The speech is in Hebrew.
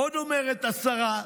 עוד אומרת השרה: